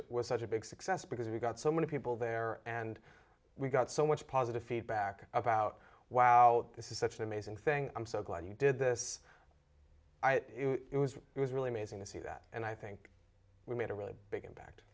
such was such a big success because we got so many people there and we got so much positive feedback about wow this is such an amazing thing i'm so glad you did this it was it was really amazing to see that and i think we made a really big impact